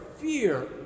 fear